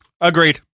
agreed